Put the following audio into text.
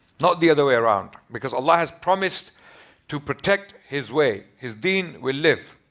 not the other way around. because allah has promised to protect his way. his deen will live.